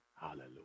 hallelujah